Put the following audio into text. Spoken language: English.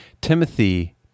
Timothy